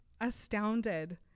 astounded